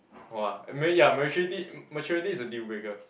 !wah! ma~ ya maturity maturity is a dealbreaker